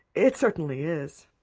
it certainly is.